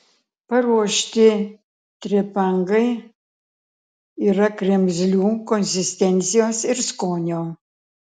paruošti trepangai yra kremzlių konsistencijos ir skonio